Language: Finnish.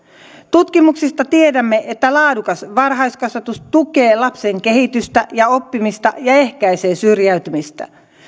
tutkimuksista tiedämme että laadukas varhaiskasvatus tukee lapsen kehitystä ja oppimista ja ehkäisee syrjäytymistä